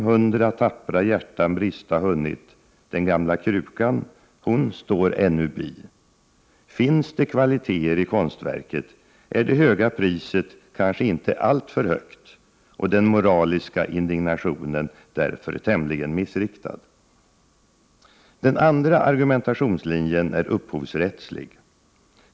Vidareförsäljning av Finns det kvaliteter i konstverket är det höga priset kanske inte alltför högt — konst och den moraliska indignationen därför tämligen missriktad. Den andra argumentationslinjen är upphovsrättslig.